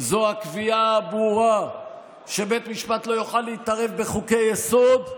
הקביעה הברורה שבית המשפט לא יוכל להתערב בחוקי-יסוד,